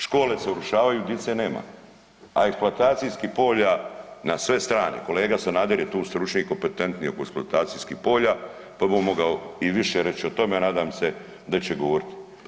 Škole se urušavaju, dice nema, a eksploatacijskih polja na sve strane, kolega Sanader je tu stručni i kompetentni oko eksploatacijskih polja, pa bi mogao i više reći o tome, a nadam se da će i govoriti.